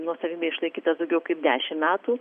nuosavybėj išlaikytas daugiau kaip dešim metų